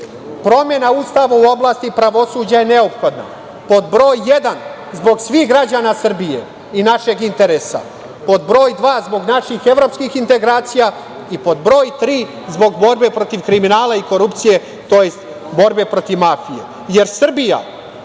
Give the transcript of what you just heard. promena Ustava u oblasti pravosuđa je neophodna. Pod broj jedan, zbog svih građana Srbije i našeg interesa. Pod broj dva, zbog naših evropskih integracija. Pod broj tri, zbog borbe protiv kriminala i korupcije, tj. borbe protiv mafije.